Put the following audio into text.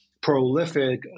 prolific